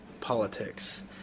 politics